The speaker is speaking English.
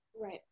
Right